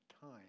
time